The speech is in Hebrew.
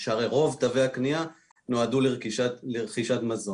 שהרי רוב תווי הקנייה נועדו לרכישת מזון.